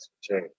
change